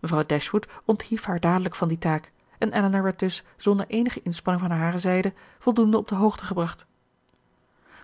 mevrouw dashwood onthief haar dadelijk van die taak en elinor werd dus zonder eenige inspanning van hare zijde voldoende op de hoogte gebracht